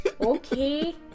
Okay